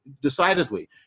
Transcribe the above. decidedly